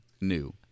new